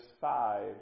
five